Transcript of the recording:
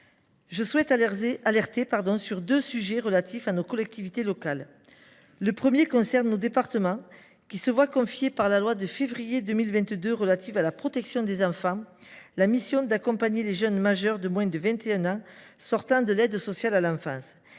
deux alertes sur des sujets relatifs à nos collectivités locales. La première concerne nos départements, qui se voient confier par la loi du 7 février 2022 relative à la protection des enfants la mission d’accompagner les jeunes majeurs de moins de 21 ans sortant de l’aide sociale à l’enfance.